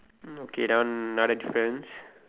mm okay that one another difference